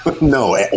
No